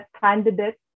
candidates